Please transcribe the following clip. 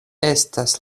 estas